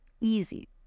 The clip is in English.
easy